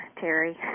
Terry